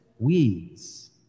weeds